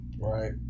Right